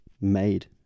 made